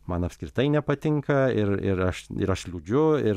man apskritai nepatinka ir ir aš ir aš liūdžiu ir